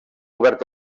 obert